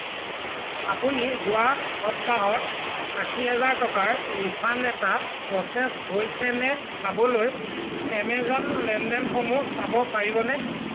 আপুনি যোৱা সপ্তাহত আশী হাজাৰ টকাৰ ৰিফাণ্ড এটা প্ৰচেছ হৈছে নে চাবলৈ এমেজন লেনদেনসমূহ চাব পাৰিবনে